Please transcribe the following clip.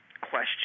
question